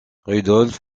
rudolf